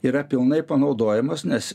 yra pilnai panaudojamos nes